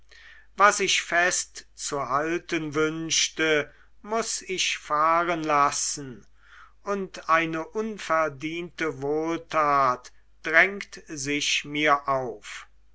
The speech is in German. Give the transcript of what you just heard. was ich festzuhalten wünschte muß ich fahrenlassen und eine unverdiente wohltat drängt sich mir auf